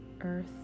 earth